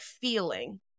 feeling